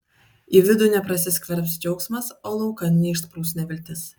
į vidų neprasiskverbs džiaugsmas o laukan neišsprūs neviltis